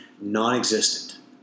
non-existent